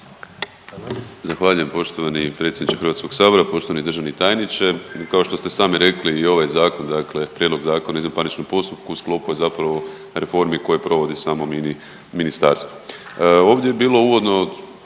Zahvaljujem poštovani predsjedniče HS-a. Poštovani državni tajniče, kao što ste sami rekli i ovaj Zakon, dakle Prijedlog Zakona o izvanparničnom postupku u sklopu je zapravo reformi koje provodi samo Ministarstvo. Ovdje je bilo uvodno kod